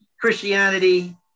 christianity